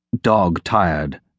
dog-tired